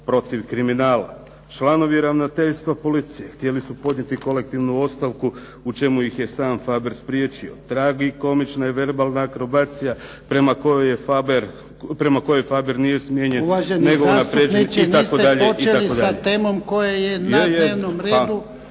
Uvaženi zastupniče, niste počeli sa temom koja je na dnevnom redu